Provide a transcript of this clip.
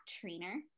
trainer